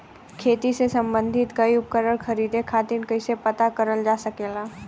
खेती से सम्बन्धित कोई उपकरण खरीदे खातीर कइसे पता करल जा सकेला?